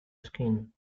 skin